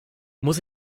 muss